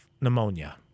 pneumonia